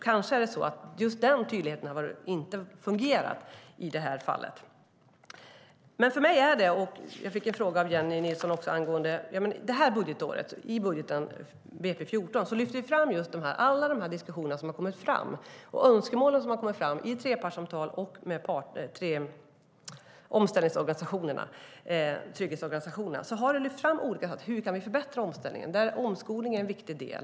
Kanske är det så att just den tydligheten inte riktigt har fungerat i det här fallet. Jag fick en fråga av Jennie Nilsson också angående budgetåret. I budgetpropositionen för 2014 lyfter vi fram alla de här diskussionerna och önskemålen som har kommit fram i trepartssamtal och med trygghetsorganisationerna. Där har frågan om hur vi kan förbättra omställningen lyfts fram. Omskolning är en viktig del.